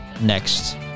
next